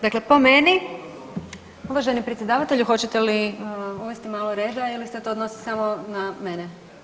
Dakle, po meni, uvaženi predsjedavatelju hoćete uvesti malo reda ili se to odnosi samo na mene?